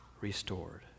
restored